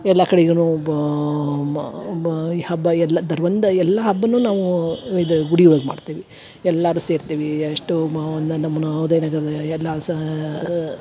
ಎಲ್ಲ ಕಡೆಗನು ಬಾ ಮಾ ಮ ಈ ಹಬ್ಬ ಎಲ್ಲ ದರ ಒಂದು ಎಲ್ಲ ಹಬ್ಬನು ನಾವು ಇದು ಗುಡಿ ಒಳಗೆ ಮಾಡ್ತೇವಿ ಎಲ್ಲಾರು ಸೇರ್ತೀವಿ ಎಷ್ಟು ಮ ಒಂದ ನಮ್ಮ ನವೋದಯ್ದಾಗಲ್ಲೆ ಎಲ್ಲ ಸಾ